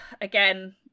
again